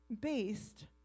based